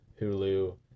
Hulu